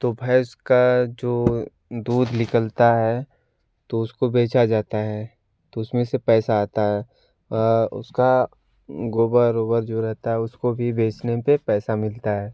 तो भैंस का जो दूध निकलता है तो उसको बेचा जाता है तो उसमें से पैसा आता है उसका गोबर ओबर जो रहता है उसको भी बेचने पे पैसा मिलता है